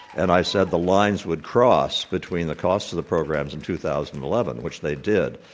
and i said the lines would cross between the costs of the programs in two thousand and eleven, which they did.